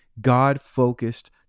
God-focused